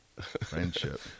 Friendship